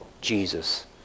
Jesus